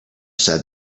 said